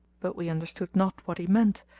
but we understood not what he meant,